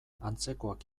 antzekoak